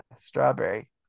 strawberry